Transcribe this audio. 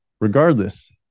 regardless